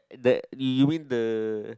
that we win the